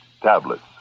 Tablets